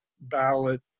ballot